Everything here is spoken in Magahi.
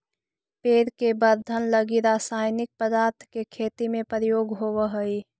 पेड़ के वर्धन लगी रसायनिक पदार्थ के खेती में प्रयोग होवऽ हई